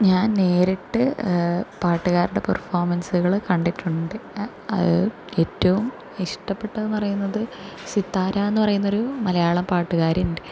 ഞാൻ നേരിട്ട് പാട്ടുകാരുടെ പെർഫോമൻസുകൾ കണ്ടിട്ടുണ്ട് ഏറ്റവും ഇഷ്ടപ്പെട്ടത് എന്ന് പറയുന്നത് സിത്താരാന്ന് പറയുന്നൊരു മലയാളം പാട്ടുകാരിയുണ്ട്